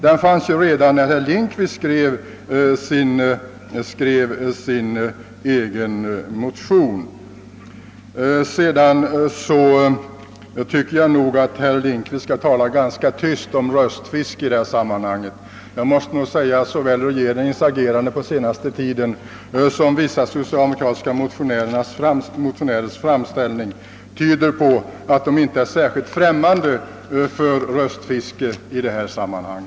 Den fanns ju redan när herr Lindkvist skrev sin motion. Vidare tycker jag att herr Lindkvist bör tala ganska tyst om röstfiske. Såväl regeringens agerande på senaste tid som vissa socialdemokratiska motionärers framställningar tyder på att man på det hållet inte varit särskilt främmande för röstfiske i detta sammanhang.